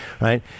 right